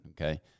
okay